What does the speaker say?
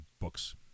books